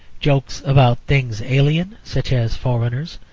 jokes about things alien, such as foreigners,